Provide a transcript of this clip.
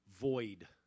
void